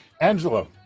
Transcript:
Angelo